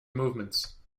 movements